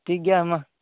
ᱴᱷᱤᱠ ᱜᱮᱭᱟ ᱦᱮᱸ ᱢᱟ